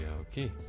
okay